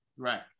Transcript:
Right